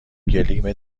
گلیم